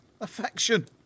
Affection